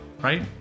Right